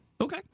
Okay